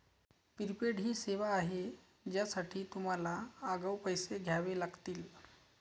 prepaid ही सेवा आहे ज्यासाठी तुम्हाला आगाऊ पैसे द्यावे लागतील